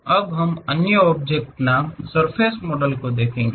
अब हम अन्य ऑब्जेक्ट नाम सर्फ़ेस मॉडल को देखेंगे